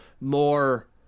more